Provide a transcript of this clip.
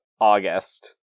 August